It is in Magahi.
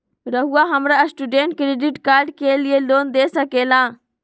रहुआ हमरा स्टूडेंट क्रेडिट कार्ड के लिए लोन दे सके ला?